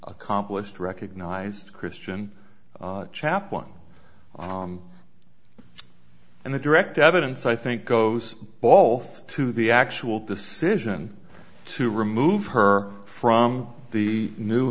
accomplished recognized christian chaplain and the direct evidence i think goes both to the actual decision to remove her from the new